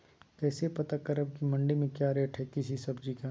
कैसे पता करब की मंडी में क्या रेट है किसी सब्जी का?